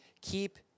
keep